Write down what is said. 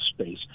space